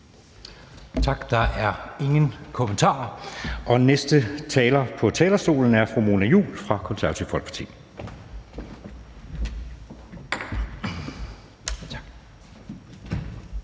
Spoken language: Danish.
Tak. Der er ingen kommentarer. Næste taler på talerstolen er fru Mona Juul fra Det Konservative Folkeparti.